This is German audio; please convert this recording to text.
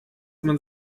man